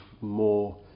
more